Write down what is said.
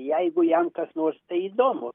jeigu jam kas nors tai įdomu